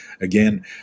again